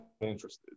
interested